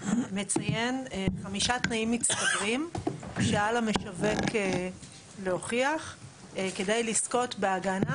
מציין חמישה תנאים מצטברים שעל המשווק להוכיח כדי לזכות בהגנה,